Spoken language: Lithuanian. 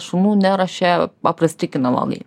šunų neruošia paprasti kinologai